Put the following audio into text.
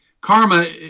karma